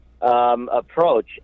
approach